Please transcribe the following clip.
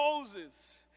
Moses